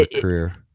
career